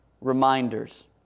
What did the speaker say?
reminders